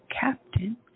captain